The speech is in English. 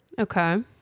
Okay